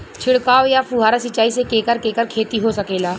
छिड़काव या फुहारा सिंचाई से केकर केकर खेती हो सकेला?